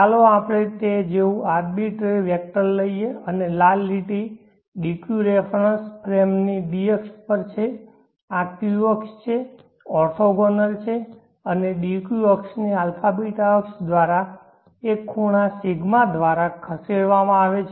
ચાલો આપણે તે જેવું આર્બિટરી વેક્ટર લઈએ અને આ લાલ લીટી dq રેફરન્સ ફ્રેમની d અક્ષ છે આ q અક્ષ છે ઓર્થોગોનલ છે અને dq અક્ષને αβ અક્ષ દ્વારા એક ખૂણા ρ દ્વારા ખસેડવામાં આવે છે